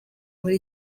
muri